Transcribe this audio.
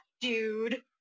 dude